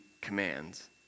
commands